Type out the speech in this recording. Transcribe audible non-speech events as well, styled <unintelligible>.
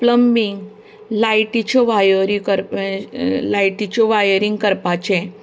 plumbing लायटिच्यो वायरी कर <unintelligible> लायटिच्यो वायरींग करपाचें